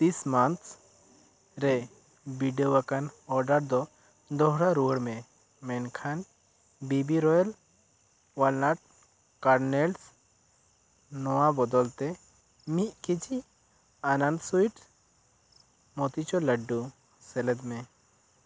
ᱫᱤᱥ ᱢᱟᱱᱛ ᱨᱮ ᱵᱤᱰᱟᱹᱣ ᱟᱠᱟᱱ ᱳᱰᱟᱨ ᱫᱚ ᱫᱚᱲᱦᱟ ᱨᱩᱭᱟᱹᱲ ᱢᱮ ᱢᱮᱱᱠᱷᱟᱱ B B royal walnut kernels ᱱᱚᱶᱟ ᱵᱚᱫᱚᱞᱛᱮ ᱢᱤᱫ ᱠᱮᱡᱤ ᱟᱱᱟᱱᱰ ᱥᱩᱭᱤᱴᱥ ᱢᱳᱛᱤᱪᱳᱨ ᱞᱟᱰᱰᱩ ᱥᱮᱞᱮᱫ ᱢᱮ